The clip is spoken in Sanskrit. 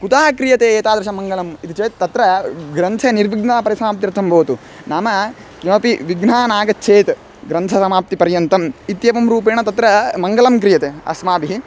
कुतः क्रियते एतादृशं मङ्गलम् इति चेत् तत्र ग्रन्थे निर्विघ्नं परिसमाप्त्यर्थं भवतु नाम किमपि विघ्नः नागच्छेत् ग्रन्थसमाप्तिपर्यन्तम् इत्येवं रूपेण तत्र मङ्गलं क्रियते अस्माभिः